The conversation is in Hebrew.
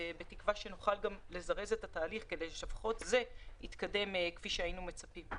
בתקווה שנוכל גם לזרז את התהליך כדי שלפחות זה יתקדם כפי שהיינו מצפים.